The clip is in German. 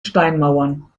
steinmauern